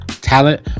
talent